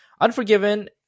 Unforgiven